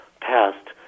Passed